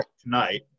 tonight